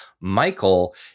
michael